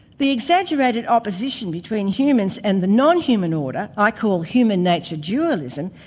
the exaggerated opposition between humans and the non-human order, i call human nature dualism,